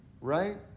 right